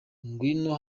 ngwino